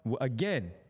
again